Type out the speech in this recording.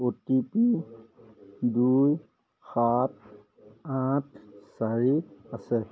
অ' T P দুই সাত আঠ চাৰি আছে